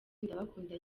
ndabakunda